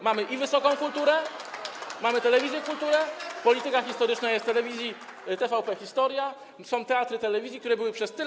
Mamy i wysoką kulturę, mamy telewizję Kultura, polityka historyczna jest w telewizji TVP Historia, są teatry telewizji, które były przez tyle.